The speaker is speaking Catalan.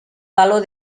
valor